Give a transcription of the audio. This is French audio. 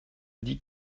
dit